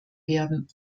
werden